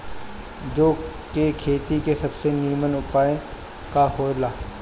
जौ के खेती के सबसे नीमन उपाय का हो ला?